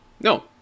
No